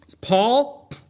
Paul